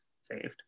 saved